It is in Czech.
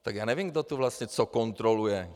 Tak já nevím, kdo tu vlastně co kontroluje.